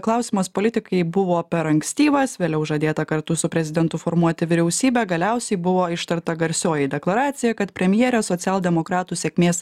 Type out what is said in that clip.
klausimas politikei buvo per ankstyvas vėliau žadėta kartu su prezidentu formuoti vyriausybę galiausiai buvo ištarta garsioji deklaracija kad premjere socialdemokratų sėkmės